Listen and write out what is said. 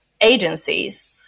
agencies